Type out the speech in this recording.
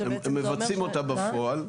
כן, הם מבצעים אותה בפועל.